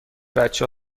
بچه